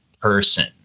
person